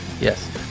Yes